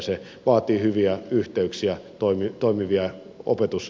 se vaatii hyviä yhteyksiä toimivia opetusjärjestelmiä